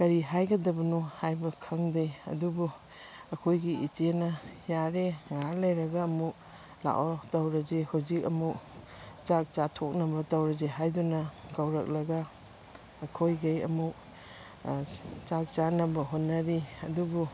ꯀꯔꯤ ꯍꯥꯏꯒꯗꯕꯅꯣ ꯍꯥꯏꯕ ꯈꯪꯗꯦ ꯑꯗꯨꯕꯨ ꯑꯩꯈꯣꯏꯒꯤ ꯏꯆꯦꯅ ꯌꯥꯔꯦ ꯉꯥꯏꯍꯥꯛ ꯂꯩꯔꯒ ꯑꯃꯨꯛ ꯂꯥꯛꯑꯣ ꯇꯧꯔꯁꯤ ꯍꯧꯖꯤꯛ ꯑꯃꯨꯛ ꯆꯥꯛ ꯆꯥꯊꯣꯛꯅꯕ ꯇꯧꯔꯁꯤ ꯍꯥꯏꯗꯨꯅ ꯀꯧꯔꯛꯂꯒ ꯑꯩꯈꯣꯏꯒꯩ ꯑꯃꯨꯛ ꯆꯥꯛ ꯆꯥꯅꯕ ꯍꯣꯠꯅꯔꯤ ꯑꯗꯨꯕꯨ